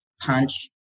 punch